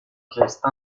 geste